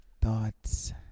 Thoughts